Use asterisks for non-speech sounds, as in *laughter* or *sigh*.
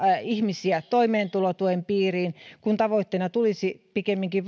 ihmisiä toimeentulotuen piiriin kun tavoitteena tulisi pikemminkin *unintelligible*